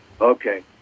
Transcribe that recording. Okay